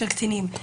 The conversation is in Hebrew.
של קטינים.